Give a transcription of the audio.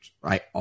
right